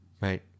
right